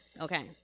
Okay